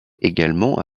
également